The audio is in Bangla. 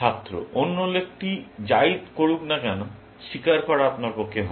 ছাত্র অন্য লোকটি যাই করুক না কেন স্বীকার করা আপনার পক্ষে ভাল